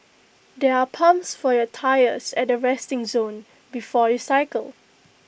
there are pumps for your tyres at the resting zone before you cycle